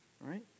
Right